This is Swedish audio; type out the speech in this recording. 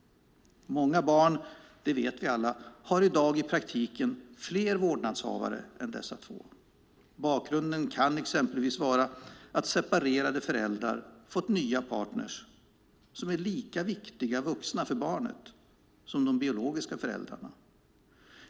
Många barn, det vet vi alla, har i dag i praktiken fler vårdnadshavare än dessa två. Bakgrunden kan exempelvis vara att separerade föräldrar fått nya partner som är lika viktiga vuxna för barnet som de biologiska föräldrarna.